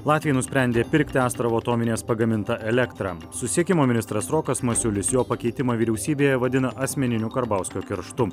latvija nusprendė pirkti astravo atominės pagamintą elektrą susisiekimo ministras rokas masiulis jo pakeitimą vyriausybėje vadina asmeniniu karbauskio kerštu